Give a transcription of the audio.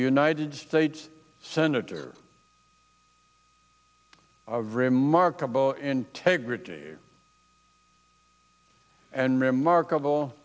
united states senator of remarkable integrity and remarkable